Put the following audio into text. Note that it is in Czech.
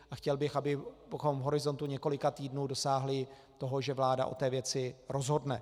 A chtěl bych, abychom v horizontu několika týdnů dosáhli toho, že vláda o té věci rozhodne.